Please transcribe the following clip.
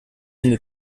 into